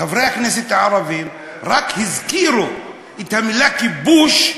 חברי הכנסת הערבים רק הזכירו את המילה כיבוש,